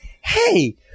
Hey